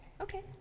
Okay